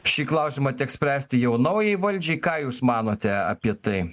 šį klausimą teks spręsti jau naujai valdžiai ką jūs manote apie tai